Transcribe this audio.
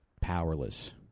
powerless